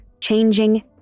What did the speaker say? changing